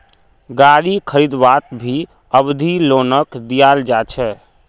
गारी खरीदवात भी अवधि लोनक दियाल जा छे